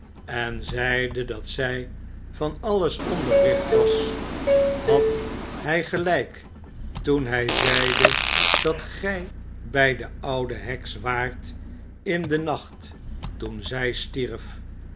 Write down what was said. en zeide dat zij van alles onderricht was had hij gelijk toen hij zeide dat gij bij de oude heks waart in den nacht toen zij stierf